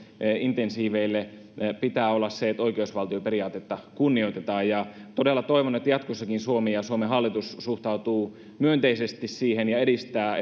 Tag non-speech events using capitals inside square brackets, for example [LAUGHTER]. insentiiveille pitää olla se että oikeusvaltioperiaatetta kunnioitetaan todella toivon että jatkossakin suomi ja suomen hallitus suhtautuu myönteisesti siihen ja edistää [UNINTELLIGIBLE]